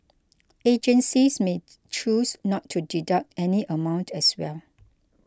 agencies may choose not to deduct any amount as well